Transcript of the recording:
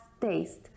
taste